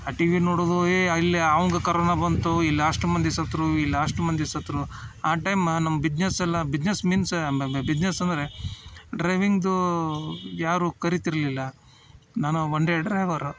ಆ ಟಿವಿ ನೋಡೋದು ಏ ಅಲ್ಲಿ ಅವಂಗೆ ಕರೋನ ಬಂತು ಇಲ್ಲಿ ಅಷ್ಟು ಮಂದಿ ಸತ್ರೂ ಇಲ್ಲಿ ಅಷ್ಟು ಮಂದಿ ಸತ್ತರು ಆ ಟೈಮ ನಮ್ಮ ಬಿಜ್ನೆಸ್ ಎಲ್ಲ ಬಿಜ್ನೆಸ್ ಮೀನ್ಸ್ ಬಿಜ್ನೆಸ್ ಅಂದರೆ ಡ್ರೈವಿಂಗ್ದೂ ಯಾರೂ ಕರಿತಿರಲಿಲ್ಲ ನಾನು ಒಂದೇ ಡ್ರೈವರು